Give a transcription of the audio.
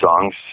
songs